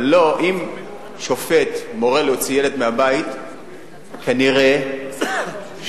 אבל אם שופט מורה להוציא ילד מהבית כנראה שבבית